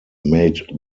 made